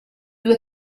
due